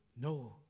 No